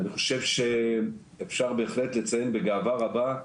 אני חושב שאפשר בהחלט לציין בגאווה רבה,